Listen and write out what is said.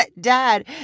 Dad